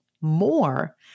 more